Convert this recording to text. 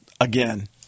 again